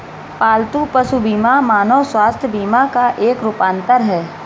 पालतू पशु बीमा मानव स्वास्थ्य बीमा का एक रूपांतर है